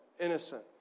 innocent